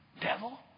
Devil